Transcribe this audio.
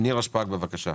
נירה שפק, בבקשה.